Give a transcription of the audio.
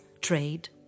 trade